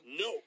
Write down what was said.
No